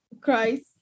Christ